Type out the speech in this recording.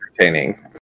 entertaining